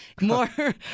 more